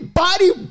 body